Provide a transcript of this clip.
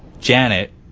Janet